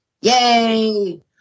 Yay